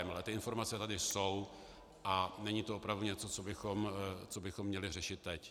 Ale ty informace tady jsou a není to opravdu něco, co bychom měli řešit teď.